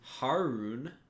Harun